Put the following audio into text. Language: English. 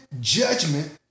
judgment